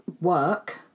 work